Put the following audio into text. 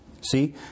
See